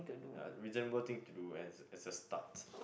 ya reasonable thing to do and it's a start